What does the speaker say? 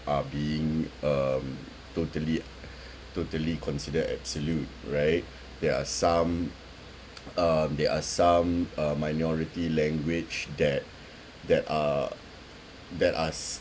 are being uh totally totally considered absolute right there are some um there are some uh minority language that that are that are